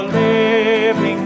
living